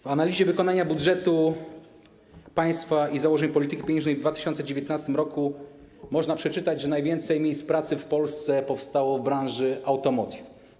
W analizie dotyczącej wykonania budżetu państwa i założeń polityki pieniężnej w 2019 r. można przeczytać, że najwięcej miejsc pracy w Polsce powstało w branży automotive.